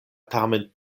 tamen